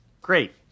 Great